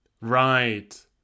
Right